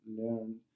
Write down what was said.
learn